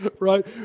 right